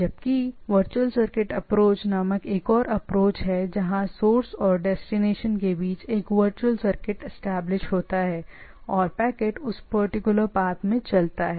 जबकि virtual circuit approach नामक एक और अप्रोच है जहां सोर्स और डेस्टिनेशन के बीच एक वर्चुअल सर्किट एस्टेब्लिश होता है और पैकेट उस पर्टिकुलर पाथ में चलता है